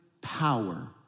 power